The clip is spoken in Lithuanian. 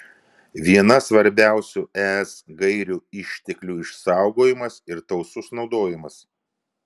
viena svarbiausių es gairių išteklių išsaugojimas ir tausus naudojimas